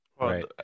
right